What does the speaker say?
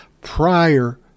prior